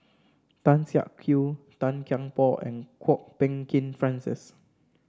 Tan Siak Kew Tan Kian Por and Kwok Peng Kin Francis